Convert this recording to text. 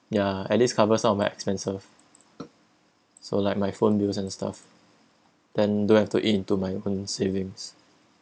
ya at least cover some of my expensive so like my phone bills and stuff then don't have to eat into my own savings